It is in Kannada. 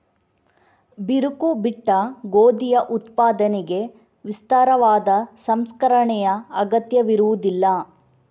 ಬಿರುಕು ಬಿಟ್ಟ ಗೋಧಿಯ ಉತ್ಪಾದನೆಗೆ ವಿಸ್ತಾರವಾದ ಸಂಸ್ಕರಣೆಯ ಅಗತ್ಯವಿರುವುದಿಲ್ಲ